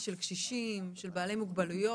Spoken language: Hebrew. זכויות לאנשים עם מוגבלות ועם ארגונים העוסקים